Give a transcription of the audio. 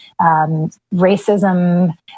racism